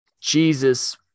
Jesus